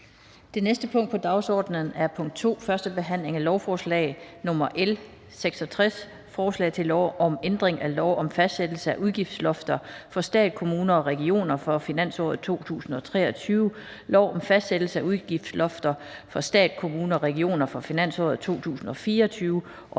Det næste punkt på dagsordenen er: 2) 1. behandling af lovforslag nr. L 66: Forslag til lov om ændring af lov om fastsættelse af udgiftslofter for stat, kommuner og regioner for finansåret 2023, lov om fastsættelse af udgiftslofter for stat, kommuner og regioner for finansåret 2024